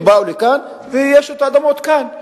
הם באו לכאן, ויש אדמות כאן.